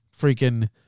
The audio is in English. freaking